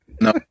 no